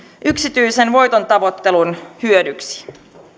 yksityisen voitontavoittelun hyödyksi